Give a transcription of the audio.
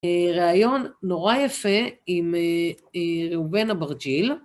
ראיון נורא יפה עם ראובן אברג'יל.